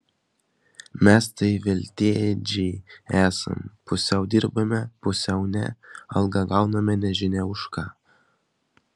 mes tai veltėdžiai esam pusiau dirbame pusiau ne algą gauname nežinia už ką